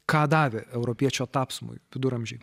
ką davė europiečio tapsmui viduramžiai